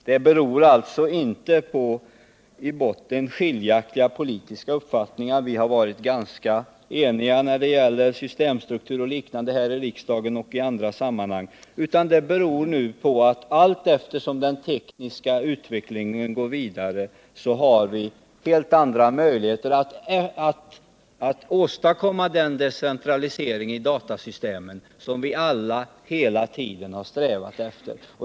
Det beror alltså inte på i botten skiljaktiga politiska uppfattningar — vi har varit ganska eniga när det gäller systemstruktur och liknande här i riksdagen och i andra sammanhang — utan det beror på att allteftersom den tekniska utvecklingen går vidare har vi helt andra möjligheter att åstadkomma den decentralisering av datasystemen som vi alla hela tiden har strävat efter.